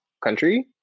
country